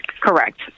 Correct